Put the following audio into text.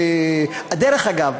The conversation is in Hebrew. דרך אגב,